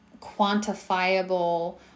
quantifiable